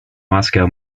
moscow